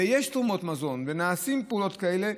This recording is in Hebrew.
ויש תרומות מזון ונעשות פעולות כאלה,